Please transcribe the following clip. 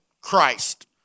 Christ